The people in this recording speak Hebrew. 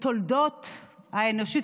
בתולדות האנושות,